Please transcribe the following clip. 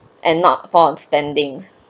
and not from spending